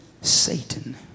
Satan